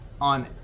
on